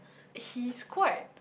he's quite